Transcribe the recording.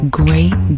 great